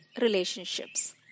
relationships